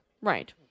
Right